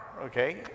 okay